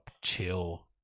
chill